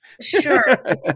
Sure